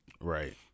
Right